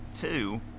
two